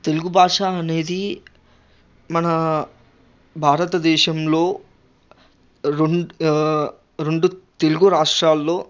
తెలుగుభాష అనేది మనా భారతదేశంలో రెండు రెండు తెలుగు రాష్ట్రాలలో